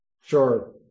Sure